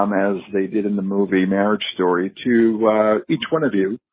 um as they did in the movie marriage story to each one of you,